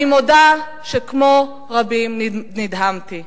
אני מודה שכמו רבים נדהמתי.